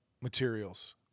materials